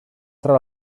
tra